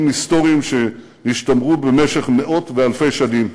היסטוריים שנשתמרו במשך מאות ואלפי שנים.